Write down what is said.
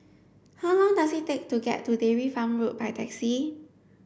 how long does it take to get to Dairy Farm Road by taxi